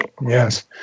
Yes